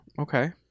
Okay